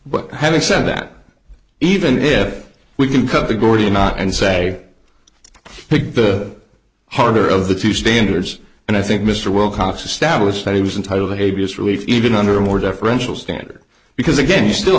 but having said that even if we can cut the gordian knot and say pick the harder of the two standards and i think mr wilcox established that he was entitled to a b s relief even under a more deferential standard because again you still